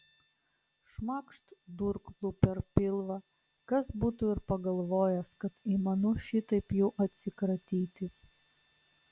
šmakšt durklu per pilvą kas būtų ir pagalvojęs kad įmanu šitaip jų atsikratyti